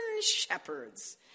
shepherds